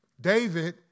David